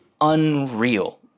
unreal